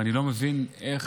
אני לא מבין איך,